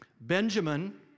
Benjamin